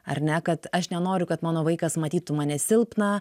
ar ne kad aš nenoriu kad mano vaikas matytų mane silpną